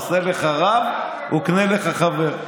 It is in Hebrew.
עשה לך רב וקנה לך חבר.